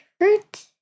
hurt